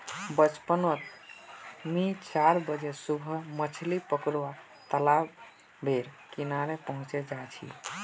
बचपन नोत मि चार बजे सुबह मछली पकरुवा तालाब बेर किनारे पहुचे जा छी